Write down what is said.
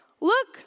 Look